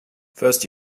first